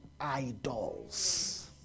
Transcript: idols